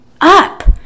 up